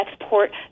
export